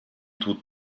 tut